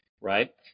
right